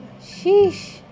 Sheesh